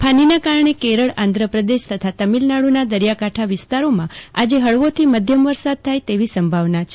ફાનીના કારણે કેરળ આંધ્રપ્રદેશ તથા તમિલનાડુના દરિયાકાંઠા વિસ્તારોમાં આજે હળવોથી મધ્યમ વરસાદ થાય તેવી સંભાવના છે